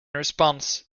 response